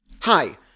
Hi